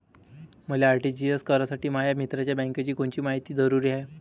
मले आर.टी.जी.एस करासाठी माया मित्राच्या बँकेची कोनची मायती जरुरी हाय?